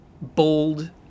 bold